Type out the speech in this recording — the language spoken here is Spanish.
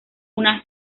una